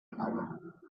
album